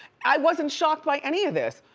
i wasn't shocked by any of this,